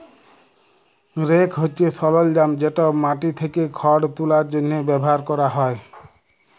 rake হছে সরলজাম যেট মাটি থ্যাকে খড় তুলার জ্যনহে ব্যাভার ক্যরা হ্যয়